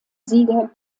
sieger